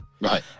Right